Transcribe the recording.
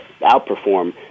outperform